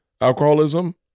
alcoholism